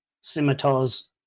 scimitars